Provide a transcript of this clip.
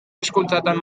hizkuntzatan